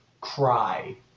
cry